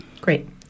Great